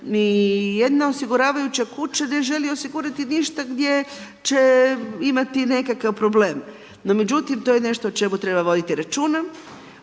ni jedna osiguravajuća kuća ne želi osigurati ništa gdje će imati nekakav problem, no međutim, to je nešto o čemu treba voditi računa,